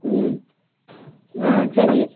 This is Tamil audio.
ம் ஆ சரி